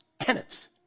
tenants